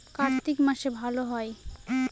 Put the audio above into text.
কার্তিক মাসে ভালো হয়?